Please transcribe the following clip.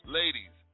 ladies